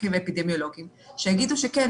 מומחים ואפידמיולוגים שיגידו: כן,